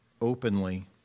openly